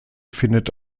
findet